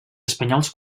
espanyols